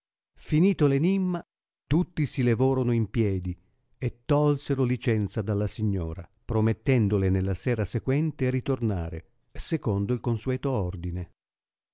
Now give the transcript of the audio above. finito l'enimma tutti si levorono in piedi e tolsero licenza dalla signora promettendole nella sera sequente ritornare secondo il consueto ordine